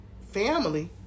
family